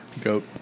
Goat